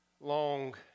long